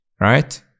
right